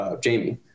Jamie